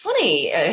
funny